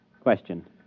Question